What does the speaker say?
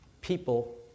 people